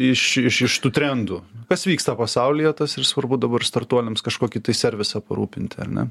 iš iš iš tų trendų kas vyksta pasaulyje tas ir svarbu dabar startuoliams kažkokį tai servisą parūpinti ar ne